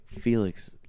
Felix